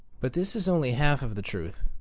but this is only half of the truth